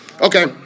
Okay